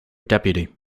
deputy